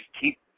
keep